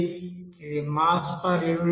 అది mass per unit time